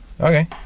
Okay